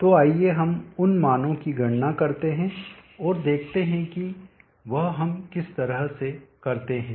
तो आइए हम उन मानो की गणना करते हैं और देखते हैं कि वह हम किस तरह से करते हैं